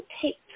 take